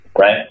right